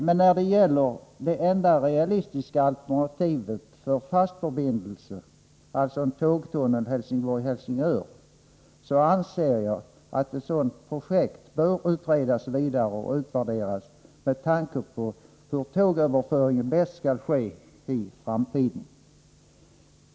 Men när det gäller det enda realistiska alternativet för fast förbindelse — alltså en tågtunnel Helsingborg-Helsingör anser jag att ett sådant projekt bör utredas vidare och utvärderas med tanke på hur tågöverföringen bäst skall ske i framtiden.